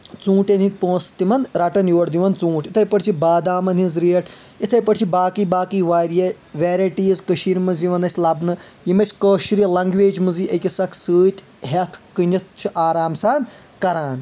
ژوٗنٛٹٮ۪ن ہنٛدۍ پۄنٛسہٕ تِمن رٹان یورٕ دِوان ژوٗنٛٹھۍ یتھے پٲٹھۍ چھِ بادامن ہِنٛز ریٹ یتھے پٲٹھۍ چھِ باقٕے باقٕے واریاہ ویرایٹیٖز کٔشیر منٛز یِوان اسہِ لبنہٕ یِم أسۍ کٲشر لنگویجہِ منٛز أکِس اکھ سۭتۍ ہٮ۪تھ کٕنِتھ چھِ آرام سان کران